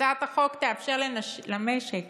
הצעת החוק תאפשר למשק